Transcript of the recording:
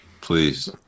please